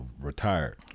retired